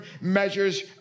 measures